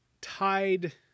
tied